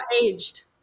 aged